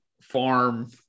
farm